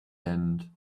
end